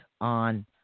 on